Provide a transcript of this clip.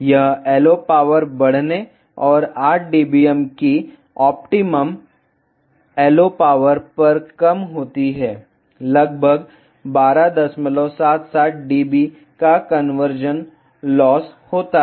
यह LO power बढ़ने और 8 dBm की ऑप्टिमम LO पावर पर कम होती है लगभग 1277 dB का कन्वर्जन लॉस होता है